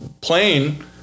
plane